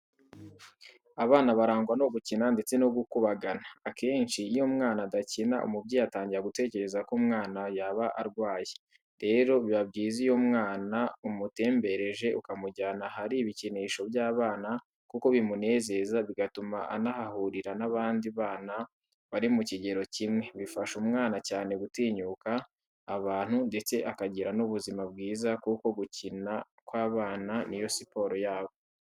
Abana barangwa no gukina ndetse no kukubagana, akesnhi iyo umwana adakina umubyeyi atangira gutekereza ko umwana yaba arwaye, rero biba byiza iyo umwana umutembereje ukamujyana ahari ibikinisho by'abana kuko bimunezeza bigatuma anahahurira n'abandi bana bari mu kigero kimwe, bifasha umwana cyane gutinyuka abantu ndetse akagira n'ubuzima bwiza kuko gukina kw'abana niyo siporo yabo.